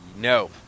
No